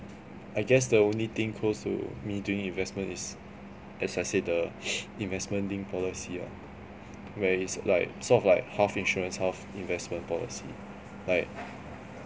I guess the only thing close to me doing investment is as I say the investment linked policy lah where is like sort of like half insurance half investment policy like